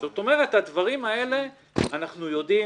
זאת אומרת, הדברים האלה אנחנו יודעים.